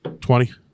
Twenty